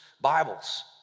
Bibles